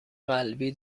قلبی